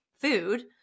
food